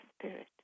spirit